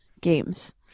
games